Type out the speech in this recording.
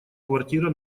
квартира